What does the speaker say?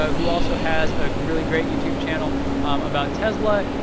ah who also has a really great youtube channel about tesla,